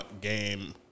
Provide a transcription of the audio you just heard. game